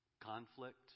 conflict